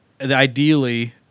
ideally